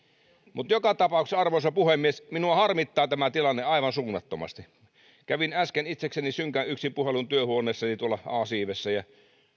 mutta joka tapauksessa arvoisa puhemies minua harmittaa tämä tilanne aivan suunnattomasti kävin äsken itsekseni synkän yksinpuhelun työhuoneessani tuolla a siivessä ja